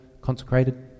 consecrated